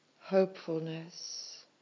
Hopefulness